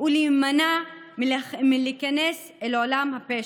ולהימנע מלהיכנס אל עולם הפשע,